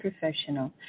professional